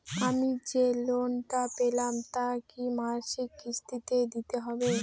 আমি যে লোন টা পেলাম তা কি মাসিক কিস্তি তে দিতে হবে?